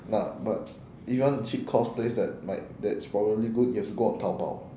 but but if you want cheap cosplays that might that's probably good you have to go on taobao